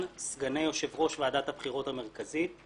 סגני יושבי ראש ועדת הבחירות המרכזית.